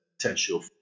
potential